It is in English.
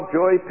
joy